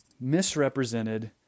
misrepresented